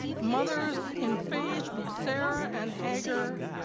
mothers in faith, sarah and hager,